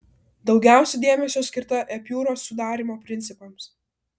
daugiausia dėmesio skirta epiūros sudarymo principams